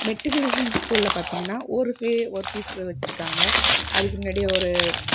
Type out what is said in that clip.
matriculation ஸ்கூலை பார்த்திங்கன்னா ஒரு பே ஒரு ஃபீஸ் வச்சுருக்காங்க அதுக்கு முன்னாடி ஒரு